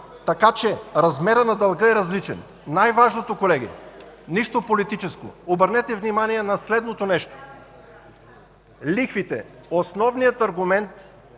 Така че размерът на дълга е различен. Колеги, най-важното – нищо политическо. Обърнете внимание на следното нещо – лихвите. Основният аргумент